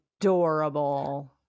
adorable